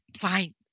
Fine